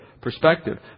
perspective